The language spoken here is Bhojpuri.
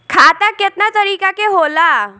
खाता केतना तरीका के होला?